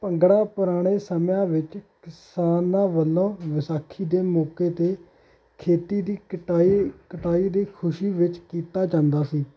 ਭੰਗੜਾ ਪੁਰਾਣੇ ਸਮਿਆਂ ਵਿੱਚ ਕਿਸਾਨਾਂ ਵੱਲੋਂ ਵਿਸਾਖੀ ਦੇ ਮੌਕੇ 'ਤੇ ਖੇਤੀ ਦੀ ਕਟਾਈ ਕਟਾਈ ਦੀ ਖੁਸ਼ੀ ਵਿੱਚ ਕੀਤਾ ਜਾਂਦਾ ਸੀ